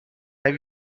have